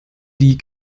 die